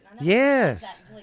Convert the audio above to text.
Yes